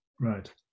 Right